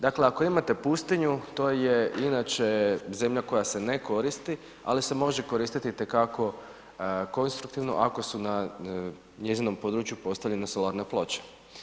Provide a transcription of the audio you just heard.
Dakle, ako imate pustinju, to je inače zemlja koja se ne koristi, ali samo će koristiti itekako konstruktivno, ako su na njezinom području postavljene solarne ploče.